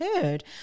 heard